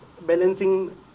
balancing